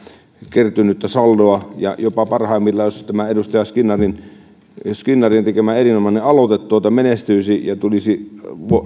kertynyttä saldoa ja jos tämä edustaja skinnarin skinnarin tekemä erinomainen aloite menestyisi ja tulisi